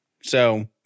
so-